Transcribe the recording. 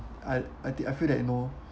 I I think I feel that you know